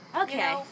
okay